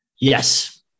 Yes